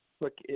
look